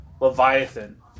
Leviathan